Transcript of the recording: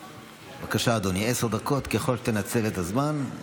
בבקשה, אדוני, עשר דקות, ככל שתנצל את הזמן,